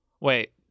wait